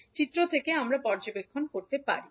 এখন চিত্র থেকে আমরা কী পর্যবেক্ষণ করতে পারি